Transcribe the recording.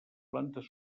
plantes